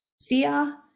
Fear